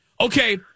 Okay